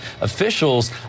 officials